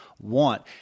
want